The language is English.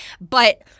But-